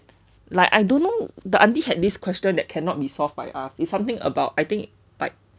like I don't know the auntie had this question that cannot be solved by us is something about I think like